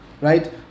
right